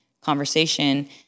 conversation